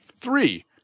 Three